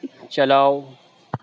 چلاؤ